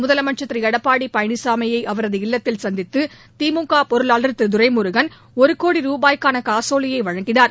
முதலமைச்சர் திரு எடப்பாடி பழனிசாமியை அவரது இல்லத்தில் சந்தித்து திமுக பொருளாளர் திரு துரைமுருகன் ஒரு கோடி ரூபாய்க்கான காசோலையை வழங்கினார்